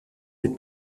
des